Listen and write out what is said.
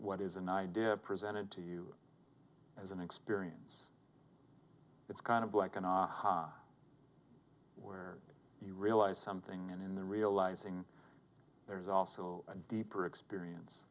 what is an idea presented to you as an experience it's kind of like an aha where you realize something and in the realizing there is also a deeper experience